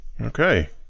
Okay